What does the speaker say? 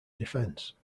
defense